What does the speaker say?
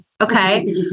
Okay